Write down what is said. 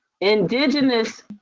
indigenous